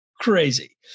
crazy